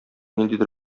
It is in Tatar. ниндидер